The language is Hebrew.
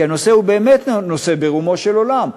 כי הנושא הוא באמת נושא ברומו של עולם,